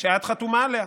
שאת חתומה עליה.